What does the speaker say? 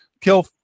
kill